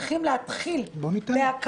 למפלגות קיימות שיכולות